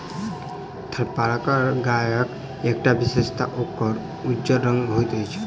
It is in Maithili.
थारपारकर गायक एकटा विशेषता ओकर उज्जर रंग होइत अछि